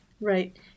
right